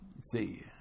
See